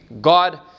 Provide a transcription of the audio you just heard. God